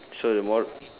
so the mor~